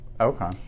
Okay